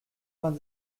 vingt